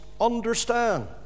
understand